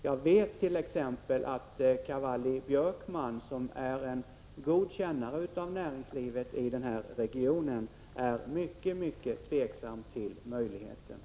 Jag vet t.ex. att Hans Cavalli-Björkman, som är en god kännare av näringslivet i regionen, är mycket mycket tveksam till möjligheterna.